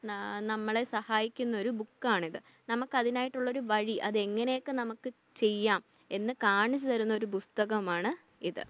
ന നമ്മളെ സഹായിക്കുന്ന ഒരു ബുക്കാണിത് നമുക്കതിനായിട്ടുള്ളൊരു വഴി അത് എങ്ങനെയൊക്കെ നമുക്ക് ചെയ്യാം എന്ന് കാണിച്ചു തരുന്ന ഒരു പുസ്തകമാണ് ഇത്